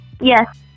Yes